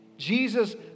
Jesus